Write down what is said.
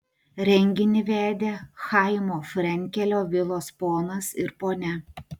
renginį vedė chaimo frenkelio vilos ponas ir ponia